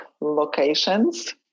locations